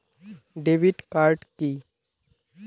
Debit card key?